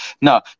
no